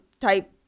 type